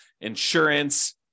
insurance